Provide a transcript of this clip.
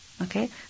Okay